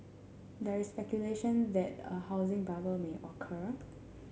there is speculation that a housing bubble may occur